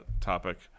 topic